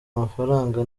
amafaranga